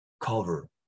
cover